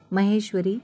Maheshwari